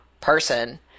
person